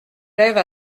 lève